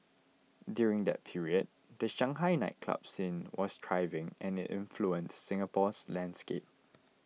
during that period the Shanghai nightclub scene was thriving and it influenced Singapore's landscape